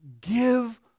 give